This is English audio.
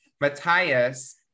Matthias